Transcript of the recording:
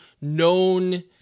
known